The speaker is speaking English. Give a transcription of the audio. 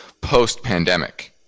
post-pandemic